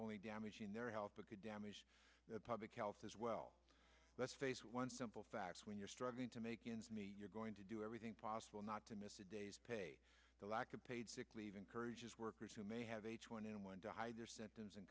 only damaging their health but could damage the public health as well let's face one simple fact when you're struggling to make ends meet you're going to do everything possible not to miss a day's pay the lack of paid sick leave encourages workers who may have h one n one to hide their symptoms and